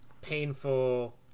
painful